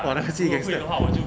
!wah! 那 see can see